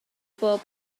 pob